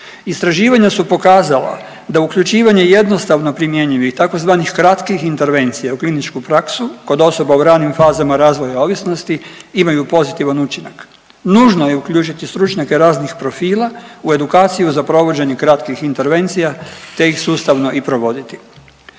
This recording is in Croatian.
Istraživanja su pokazala da uključivanje jednostavno primjenjivih tzv. kratkih intervencija u kliničku praksu kod osoba u ranim fazama razvoja ovisnosti imaju pozitivan učinak. Nužno je uključiti stručnjake raznih profila u edukaciju za provođenje kratkih intervencija, te ih sustavno i provoditi.